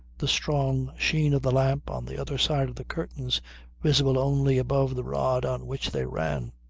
the strong sheen of the lamp on the other side of the curtains visible only above the rod on which they ran.